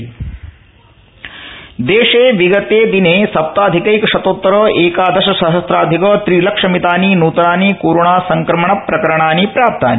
Covid अद्यतनम् देशे विगते दिने सप्ताधिकैकशतोतर एकादशसहस्राधिक त्रिलक्षमितानि नूतनानि कोरोनासंक्रमण प्रकरणानि प्राप्तानि